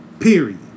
Period